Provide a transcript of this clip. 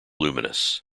luminous